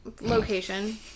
location